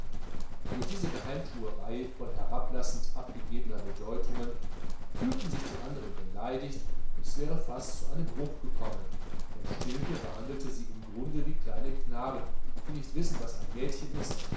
durch diese geheimthuerei voll herablassend abgegebener andeutungen fühlten sich die anderen beleidigt und es wäre fast zu einem bruch gekommen denn stilpe behandelte sie im grunde wie kleine knaben die nicht wissen was ein mädchen ist